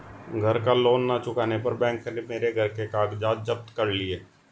घर का लोन ना चुकाने पर बैंक ने मेरे घर के कागज जप्त कर लिए